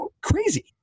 crazy